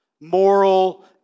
Moral